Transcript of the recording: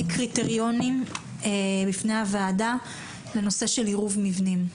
לוועדה קריטריונים לנושא עירוב מבנים,